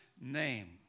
name